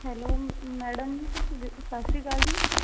hello madam ਤੁਸੀਂ ਸਤਿ ਸ਼੍ਰੀ ਅਕਾਲ ਜੀ